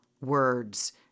words